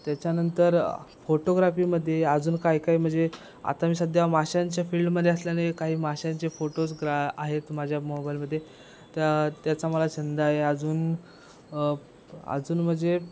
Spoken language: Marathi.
त्याच्यानंतर फोटोग्राफीमध्ये अजून काही काही म्हणजे आता मी सध्या माशांच्या फील्डमध्ये असल्याने काही माशांचे फोटोज ग्रा आहेत माझ्या मोबाईलमध्ये त्याचा मला छंद आहे अजून अब अजून म्हणजे